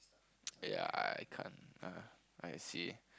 ya I I can't uh I see